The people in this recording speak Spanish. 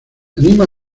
anima